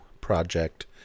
project